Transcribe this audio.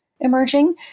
emerging